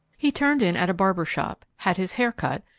he turned in at a barber's shop, had his hair cut,